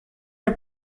are